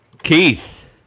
Keith